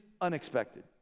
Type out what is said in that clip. unexpected